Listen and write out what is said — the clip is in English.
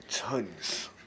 Tons